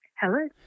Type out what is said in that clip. Hello